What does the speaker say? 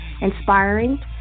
inspiring